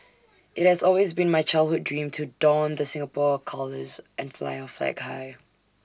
IT has always been my childhood dream to don the Singapore colours and fly our flag high